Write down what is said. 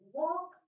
walk